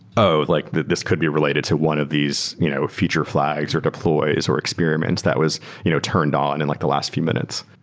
oh! like this could be related to one of these you know feature flags, or deploys, or experiments that was you know turned on in like the last few minutes.